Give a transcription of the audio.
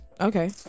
Okay